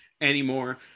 anymore